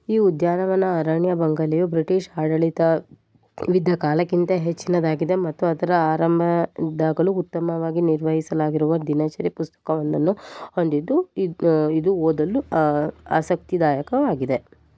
ಈ ಉದ್ಯಾನವನ ಅರಣ್ಯ ಬಂಗಲೆಯು ಬ್ರಿಟೀಷ್ ಆಡಳಿತವಿದ್ದ ಕಾಲಕ್ಕಿಂತ ಹೆಚ್ಚಿನದಾಗಿದೆ ಮತ್ತು ಅದರ ಆರಂಭ ದ್ದಾಗಲೂ ಉತ್ತಮವಾಗಿ ನಿರ್ವಹಿಸಲಾಗಿರುವ ದಿನಚರಿ ಪುಸ್ತಕವೊಂದನ್ನು ಹೊಂದಿದ್ದು ಇದು ಓದಲು ಆಸಕ್ತಿದಾಯಕವಾಗಿದೆ